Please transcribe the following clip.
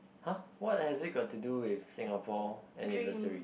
!huh! what has it got to do with Singapore anniversary